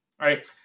right